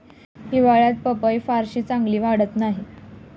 हिवाळ्यात पपई फारशी चांगली वाढत नाही